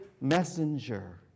messenger